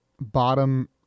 bottom